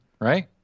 right